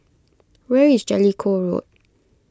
where is Jellicoe Road